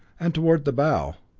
and toward the bow.